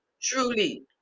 Truly